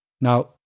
Now